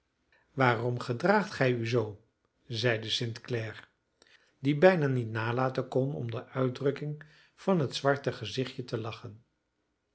waarom gedraagt gij u zoo zeide st clare die bijna niet nalaten kon om de uitdrukking van het zwarte gezichtje te lachen